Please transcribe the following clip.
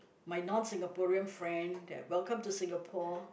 my non Singaporean friend that welcome to Singapore